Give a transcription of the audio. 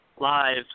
Live